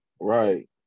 Right